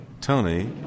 Tony